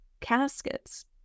caskets